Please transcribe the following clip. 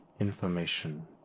information